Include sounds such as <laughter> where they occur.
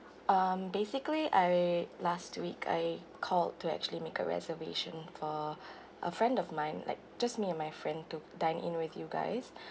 um basically I last week I called to actually make a reservation for a friend of mine like just me and my friend to dine in with you guys <breath>